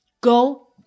Go